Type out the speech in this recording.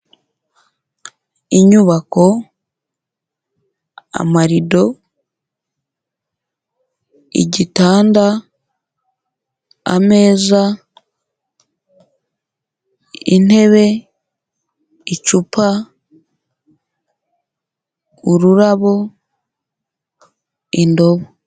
Inyubako, amarido, igitanda, ameza, intebe, icupa, ururabo, indobo.